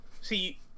see